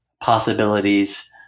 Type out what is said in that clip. possibilities